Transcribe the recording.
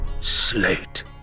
Slate